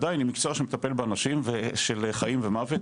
עדיין היא מקצוע שמטפל באנשים ושל חיים ומוות,